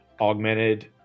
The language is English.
augmented